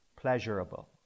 pleasurable